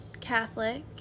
Catholic